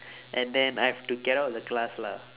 and then I've to get out of the class lah